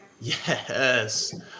Yes